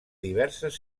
diverses